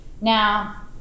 Now